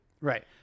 Right